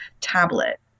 tablet